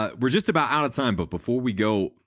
ah we're just about out of time, but before we go,